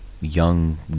young